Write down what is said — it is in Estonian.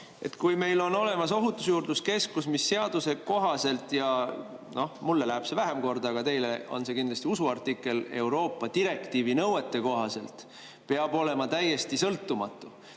Meil on olemas Ohutusjuurdluse Keskus, mis seaduse kohaselt – mulle läheb see vähem korda, aga teile on see kindlasti usu artikkel – ja Euroopa direktiivi nõuete kohaselt peab olema täiesti sõltumatu.